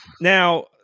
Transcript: Now